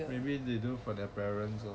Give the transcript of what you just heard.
maybe they do for their parents lor